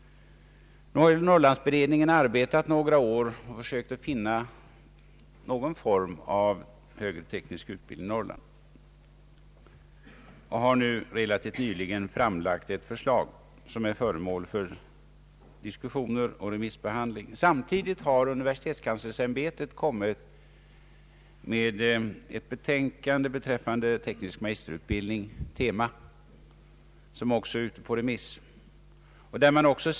Nu har Norrlandsberedningen arbetat några år och sökt finna någon form för högre teknisk utbildning i Norrland. Beredningen har relativt nyligen framlagt ett förslag som är föremål för diskussioner och <remissbehandling. Samtidigt har universitetskanslersämbetet lämnat ett betänkande om teknisk magisterutbildning, TEMA, som också är ute på remiss.